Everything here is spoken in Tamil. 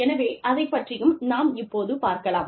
எனவே அதைப் பற்றியும் நாம் இப்போது பார்க்கலாம்